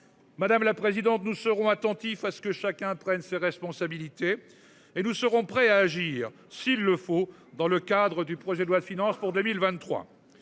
Madame la présidente. Nous serons attentifs à ce que chacun prenne ses responsabilités et nous serons prêts à agir s'il le faut, dans le cadre du projet de loi de finances pour 2023,